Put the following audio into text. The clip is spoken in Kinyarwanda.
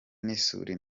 n’isuri